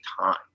time